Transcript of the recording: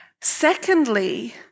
Secondly